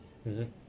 mmhmm